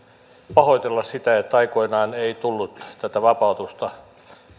pahoitella sitä että aikoinaan ei tullut tätä vapautusta